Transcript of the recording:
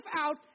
out